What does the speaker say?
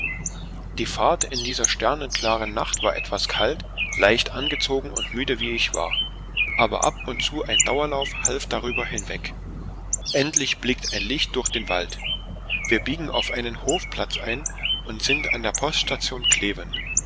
die fahrt in dieser sternklaren nacht war etwas kalt leicht angezogen und müde wie ich war aber ab und zu ein dauerlauf half darüber hinweg endlich blinkt ein licht durch den wald wir biegen auf einen hofplatz ein und sind an der poststation kleven